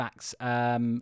facts